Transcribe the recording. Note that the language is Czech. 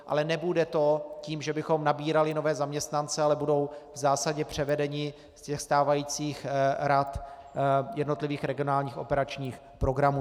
Ale nebude to tím, že bychom nabírali nové zaměstnance, ale budou v zásadě převedeni z těch stávajících rad jednotlivých regionálních operačních programů.